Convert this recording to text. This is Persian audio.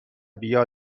بیا